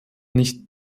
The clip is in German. nicht